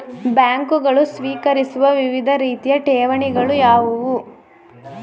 ಬ್ಯಾಂಕುಗಳು ಸ್ವೀಕರಿಸುವ ವಿವಿಧ ರೀತಿಯ ಠೇವಣಿಗಳು ಯಾವುವು?